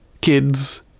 kids